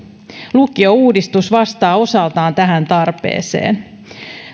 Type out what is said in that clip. lukiouudistus vastaa osaltaan tähän tarpeeseen